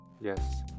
Yes